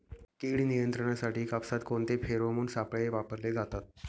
कीड नियंत्रणासाठी कापसात कोणते फेरोमोन सापळे वापरले जातात?